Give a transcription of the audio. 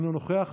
את מוותרת.